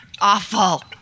Awful